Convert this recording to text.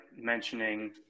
mentioning